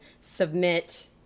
submit